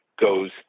goes